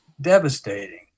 devastating